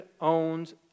owns